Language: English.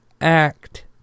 act